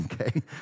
okay